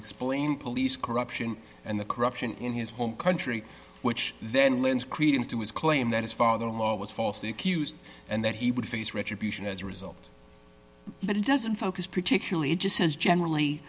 explain police corruption and the corruption in his own country which then lends credence to his claim that his father in law was falsely accused and that he would face retribution as a result but it doesn't focus particularly it just says generally